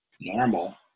normal